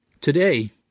Today